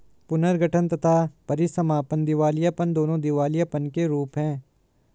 पुनर्गठन तथा परीसमापन दिवालियापन, दोनों दिवालियापन के रूप हैं